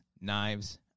Knives